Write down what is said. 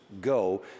go